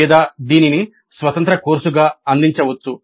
లేదా దీనిని స్వతంత్ర కోర్సుగా అందించవచ్చు